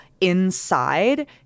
inside